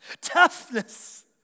Toughness